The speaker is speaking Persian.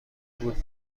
بود